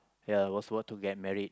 ya was worth to get married